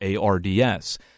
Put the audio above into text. ARDS